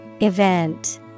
Event